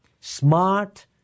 smart